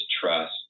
trust